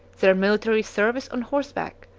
their military service on horseback,